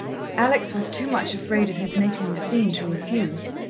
alex was too much afraid of his making a scene to refuse.